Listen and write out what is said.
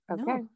Okay